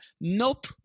Nope